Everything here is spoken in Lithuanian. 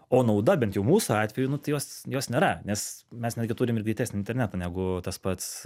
o nauda bent jau mūsų atveju nu tai jos jos nėra nes mes netgi turim ir greitesnį internetą negu tas pats